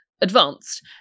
advanced